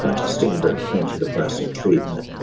ah to standard antidepressant treatment.